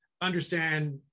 understand